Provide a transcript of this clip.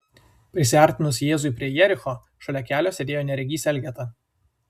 prisiartinus jėzui prie jericho šalia kelio sėdėjo neregys elgeta